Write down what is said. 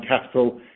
capital